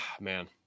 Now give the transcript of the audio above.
man